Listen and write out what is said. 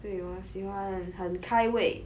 对我喜欢很开胃